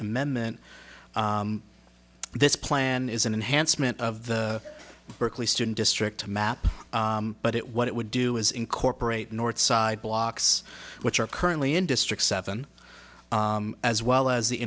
amendment this plan is an enhancement of the berkeley student district map but it what it would do is incorporate northside blocks which are currently in district seven as well as the